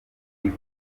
bigo